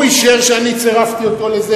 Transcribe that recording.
הוא אישר שאני צירפתי אותו לזה,